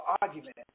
argument